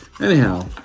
anyhow